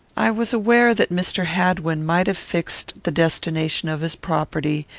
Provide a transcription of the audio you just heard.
i was aware that mr. hadwin might have fixed the destination of his property,